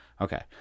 Okay